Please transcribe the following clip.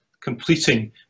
completing